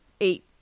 eight